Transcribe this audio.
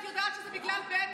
את יודעת שזה בגלל בנט,